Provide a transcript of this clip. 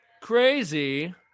Crazy